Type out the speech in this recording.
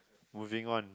moving on